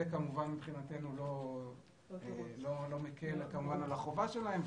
זה כמובן מבחינתנו לא מקל על החובה שלהם.